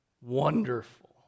wonderful